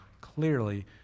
clearly